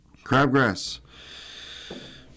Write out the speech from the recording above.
Crabgrass